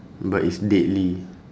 but it's deadly